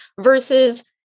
Versus